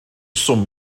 swm